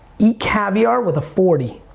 eat caviar with a forty.